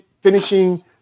finishing